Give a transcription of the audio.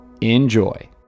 Enjoy